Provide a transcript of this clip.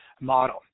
model